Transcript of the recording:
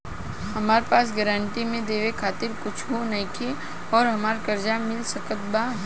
हमरा पास गारंटी मे देवे खातिर कुछूओ नईखे और हमरा कर्जा मिल सकत बा?